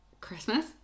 Christmas